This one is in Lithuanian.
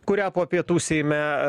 kurią po pietų seime